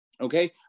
Okay